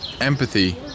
empathy